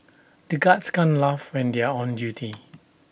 the guards can't laugh when they are on duty